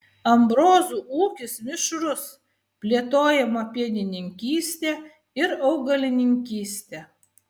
ambrozų ūkis mišrus plėtojama pienininkystė ir augalininkystė